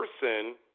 person